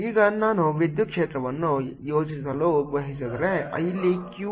ಈಗ ನಾನು ವಿದ್ಯುತ್ ಕ್ಷೇತ್ರವನ್ನು ಯೋಜಿಸಲು ಬಯಸಿದರೆ ಇಲ್ಲಿ q